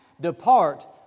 depart